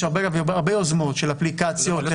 יש הרבה יוזמות של אפליקציות לחבר.